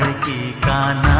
ah da